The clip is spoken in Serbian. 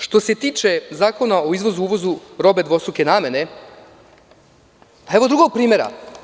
Što se tiče Zakona o izvozu i uvozu robe dvostruke namere, evo drugog primera.